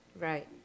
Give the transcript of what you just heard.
Right